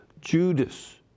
Judas